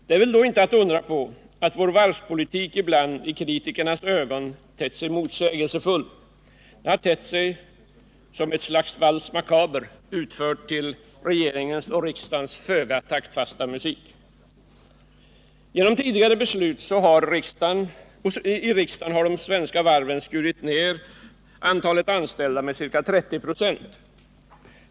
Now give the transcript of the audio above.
Det är väl då inte att undra på att vår varvspolitik ibland i kritikernas ögon har tett sig motsägelsefull, som ett slags ”valse macabre” utförd till regeringens och riksdagens föga taktfasta musik. Genom tidigare beslut av riksdagen har de svenska varven skurit ner antalet anställda med ca 30 96.